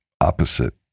opposite